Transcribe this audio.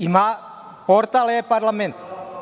Ima portal e – parlament.